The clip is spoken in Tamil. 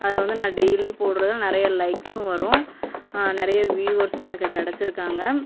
அதில் வந்து நான் டெய்லி போடுகிறது நிறைய லைக்ஸும் வரும் நிறைய வியூவர்ஸும் எனக்கு கிடச்சிருக்காங்க